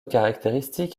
caractéristique